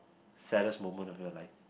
saddest moment of your life